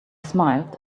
smiled